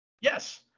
yes